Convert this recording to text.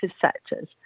sectors